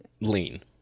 lean